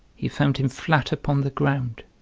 he found him flat upon the ground